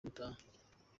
gutaha